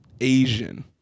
Asian